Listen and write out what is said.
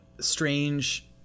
strange